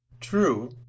true